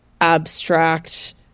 abstract